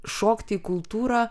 šokti kultūrą